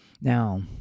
Now